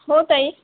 हो ताई